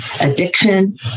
addiction